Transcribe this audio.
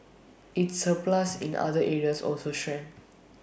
its surplus in other areas also shrank